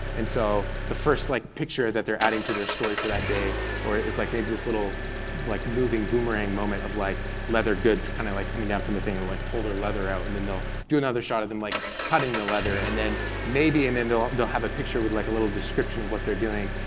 and so the first like picture that they're adding to the story for that day where it's like maybe this little like moving boomerang moment of like leather goods, kind of like coming down from the thing, and like pull their leather out, and they'll do another shot of them like cutting the leather, and then maybe, and then they'll they'll have a picture with like a little description of what they're doing,